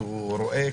שמעתי